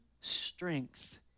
strength